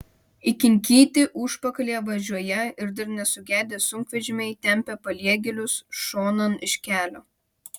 įkinkyti užpakalyje važiuoją ir dar nesugedę sunkvežimiai tempia paliegėlius šonan iš kelio